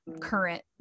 current